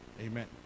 amen